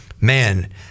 man